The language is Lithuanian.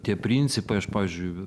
tie principai aš pavyzdžiui